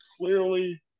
clearly